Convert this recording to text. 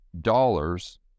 dollars